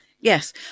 Yes